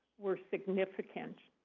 were significant.